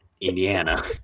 Indiana